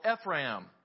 Ephraim